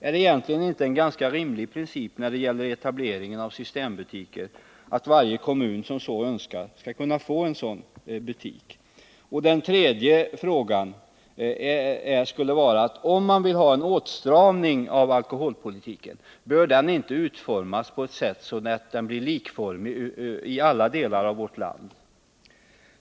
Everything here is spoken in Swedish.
det inte egentligen en ganska rimlig princip när det gäller etableringen av systembutiker att varje kommun som så önskar skall kunna få en sådan butik? För det tredje: Om man vill ha en åtstramning av alkoholpolitiken, bör den då inte utformas på så sätt att den blir likformig i alla delar av vårt land?